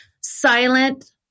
silent